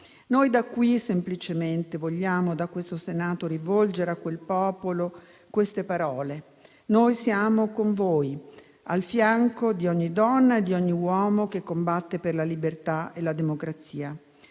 Noi da qui, dal Senato, vogliamo semplicemente rivolgere a quel popolo le seguenti parole: "Noi siamo con voi, al fianco di ogni donna e di ogni uomo che combatte per la libertà e la democrazia.